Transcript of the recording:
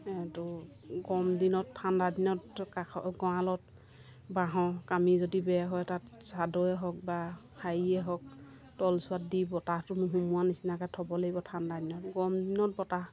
তো গৰমদিনত ঠাণ্ডা দিনত কাষৰ গঁড়ালত বাঁহৰ কামি যদি বেৰ হয় তাত চাদেই হওক বা সাৰিয়ে হওক তলচোৱাত দি বতাহটো নোসোমোৱা নিচিনাকৈ থ'ব লাগিব ঠাণ্ডাদিনত গৰম দিনত বতাহ